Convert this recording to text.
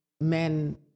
men